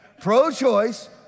pro-choice